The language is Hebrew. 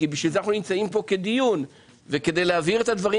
בשביל זה אנחנו נמצאים פה לדיון; להבהיר את הדברים